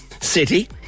city